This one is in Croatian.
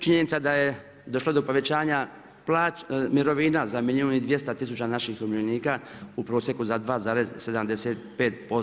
Činjenica da je došlo do povećanja mirovine za milijun i 200 tisuća naših umirovljenika u prosjeku za 2,75%